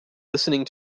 listening